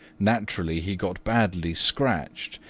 naturally, he got badly scratched,